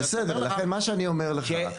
מה שאני אומר לך,